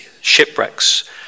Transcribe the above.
Shipwrecks